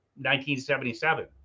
1977